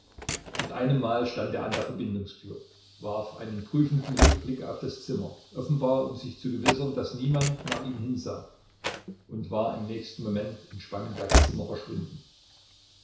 mit einemmal stand er an der verbindungstür warf einen prüfenden rückblick auf das zimmer offenbar um sich zu vergewissern daß niemand nach ihm hinsah und war im nächsten moment in spangenbergs zimmer verschwunden